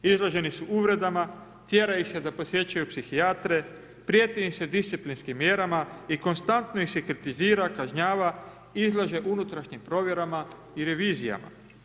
Izloženi su uvredama, tjera ih se da posjećuju psihijatre, prijeti im se disciplinskim mjerama i konstantno ih se kritizira, kažnjava, izlaže unutrašnjim provjerama i revizijama.